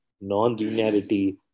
non-linearity